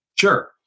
Sure